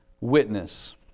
witness